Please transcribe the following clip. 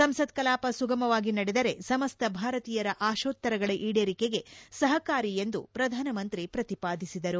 ಸಂಸತ್ ಕಲಾಪ ಸುಗಮವಾಗಿ ನಡೆದರೆ ಸಮಸ್ತ ಭಾರತೀಯರ ಆಶೋತ್ತರಗಳ ಈಡೇರಿಕೆಗೆ ಸಹಕಾರಿ ಎಂದು ಪ್ರಧಾನಮಂತ್ರಿ ಪ್ರತಿಪಾದಿಸಿದರು